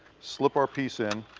slip our piece in,